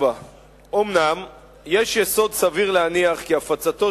4. אומנם יש יסוד סביר להניח כי הפצתו